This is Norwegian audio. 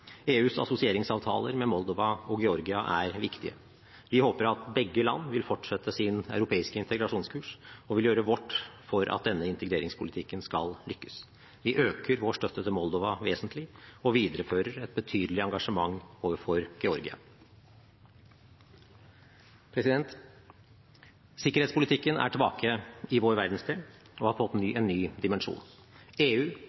EUs assosieringsavtaler med Moldova og Georgia er viktige. Vi håper begge land vil fortsette sin europeiske integrasjonskurs, og vi vil gjøre vårt for at denne integreringspolitikken skal lykkes. Vi øker vår støtte til Moldova vesentlig og viderefører et betydelig engasjement overfor Georgia. Sikkerhetspolitikken er tilbake i vår verdensdel og har fått en ny dimensjon. EU